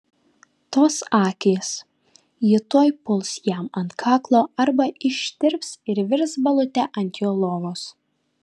tos akys ji tuoj puls jam ant kaklo arba ištirps ir virs balute ant jo lovos